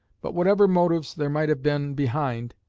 but whatever motives there might have been behind,